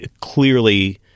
clearly